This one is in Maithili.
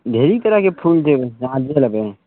ढेरी तरहके फूल देबै अहाँ जे लेबै